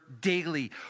daily